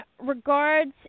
regards